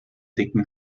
dicken